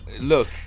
Look